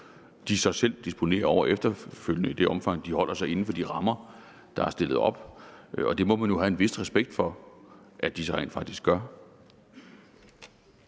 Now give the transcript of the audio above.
de så selv disponerer over efterfølgende, i det omfang de holder sig inden for de rammer, der er stillet op. Og det må man jo have en vis respekt for at de så rent faktisk gør.